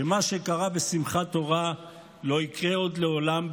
שמה שקרה בשמחת תורה לא יקרה עוד לעולם,